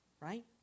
right